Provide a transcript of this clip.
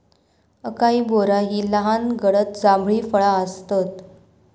acai बोरा ही लहान गडद जांभळी फळा आसतत